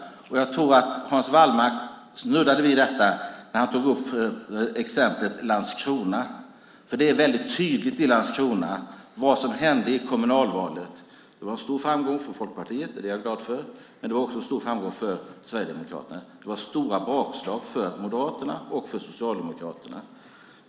Jag tror att Hans Wallmark snuddade vid detta när han tog upp exemplet Landskrona. Det är väldigt tydligt i Landskrona vad som hände i kommunalvalet. Det var en stor framgång för Folkpartiet, och det är jag glad för. Men det var också en stor framgång för Sverigedemokraterna. Det var stora bakslag för Moderaterna och för Socialdemokraterna.